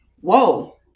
Whoa